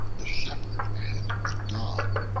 the shepherd and the dog